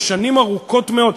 ששנים ארוכות מאוד,